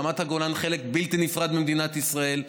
רמת הגולן היא חלק בלתי נפרד ממדינת ישראל.